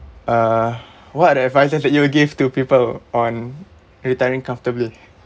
uh what are the advices that you will give to people on retiring comfortably